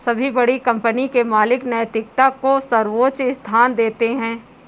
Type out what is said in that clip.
सभी बड़ी कंपनी के मालिक नैतिकता को सर्वोच्च स्थान देते हैं